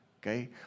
okay